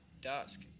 Dusk